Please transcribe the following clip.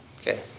Okay